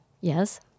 Yes